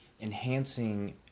enhancing